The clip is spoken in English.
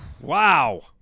Wow